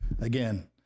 Again